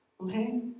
Okay